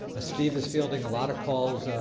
ah steve is fielding a lot of calls,